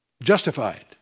justified